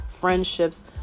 friendships